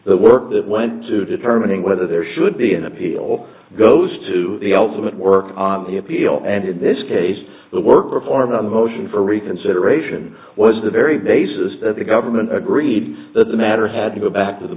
the work that went to determining whether there should be an appeal goes to the ultimate work on the appeal and in this case the work performed on the motion for reconsideration was the very basis that the government agreed that the matter had to go back to the